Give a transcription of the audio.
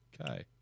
Okay